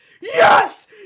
Yes